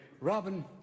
Robin